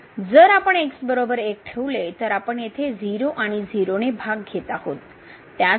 तर जर आपण x 1 ठेवले तर आपण येथे 0 आणि 0 ने भाग घेत आहोत